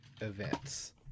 events